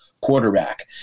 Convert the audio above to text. quarterback